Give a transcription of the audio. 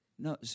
No